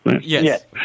Yes